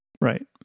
Right